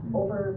over